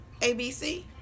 ABC